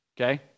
okay